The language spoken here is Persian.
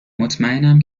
مطمئنم